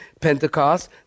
Pentecost